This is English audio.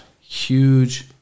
huge